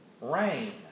rain